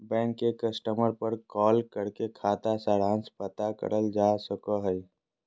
bank के customer पर call करके खाता सारांश पता करल जा सको हय